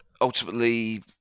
ultimately